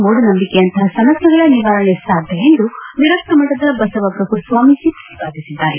ಮೂಢನಂಬಿಕೆಯಂತಹ ಸಮಸ್ಥೆಗಳ ನಿವಾರಣೆ ಸಾಧ್ಯ ಎಂದು ವಿರಕ್ತಮಠದ ಬಸವ ಪ್ರಭು ಸ್ವಾಮೀಜೆ ಪ್ರತಿಪಾದಿಸಿದ್ದಾರೆ